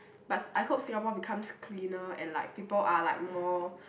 but I hope Singapore becomes cleaner and like people are like more